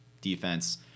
defense